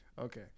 Okay